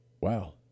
wow